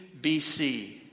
BC